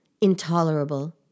intolerable